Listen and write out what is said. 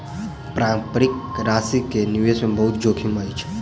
पारस्परिक प्राशि के निवेश मे बहुत जोखिम अछि